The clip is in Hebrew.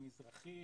המזרחי,